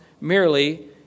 merely